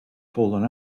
fallen